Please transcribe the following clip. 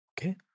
Okay